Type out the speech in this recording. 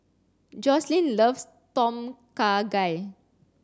Joslyn loves Tom Kha Gai